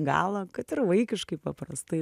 galą kad ir vaikiškai paprastai